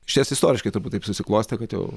išties istoriškai turbūt taip susiklostė kad jau